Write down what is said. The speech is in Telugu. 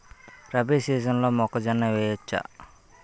రబీ సీజన్లో మొక్కజొన్న వెయ్యచ్చా?